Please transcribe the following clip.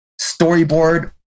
storyboard